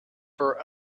for